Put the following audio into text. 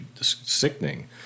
sickening